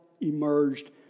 emerged